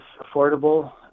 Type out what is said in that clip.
affordable